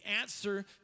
answer